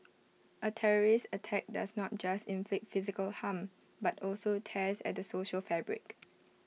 A terrorist attack does not just inflict physical harm but also tears at the social fabric